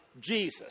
Jesus